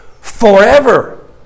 forever